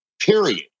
Period